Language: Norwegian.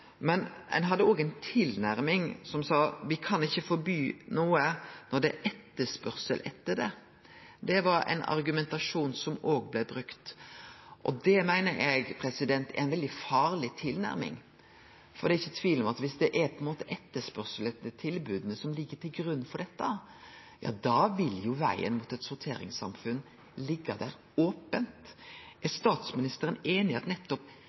Men ein hadde òg ei tilnærming som sa: Vi kan ikkje forby noko som det er etterspørsel etter. Det var ein argumentasjon som blei brukt, og det meiner eg er ei veldig farleg tilnærming. For det er ikkje tvil om at viss det er etterspørsel og tilbod som ligg til grunn for dette, vil vegen til eit sorteringssamfunn liggje open. Er statsministeren einig i at